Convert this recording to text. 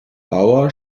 bauer